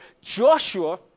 Joshua